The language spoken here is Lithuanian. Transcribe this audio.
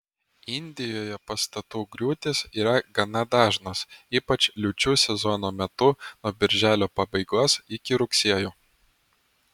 indijoje pastatų griūtys yra gana dažnos ypač liūčių sezono metu nuo birželio pabaigos iki rugsėjo